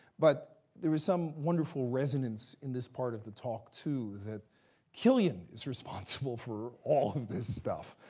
but there is some wonderful resonance in this part of the talk, too, that killian is responsible for all of this stuff.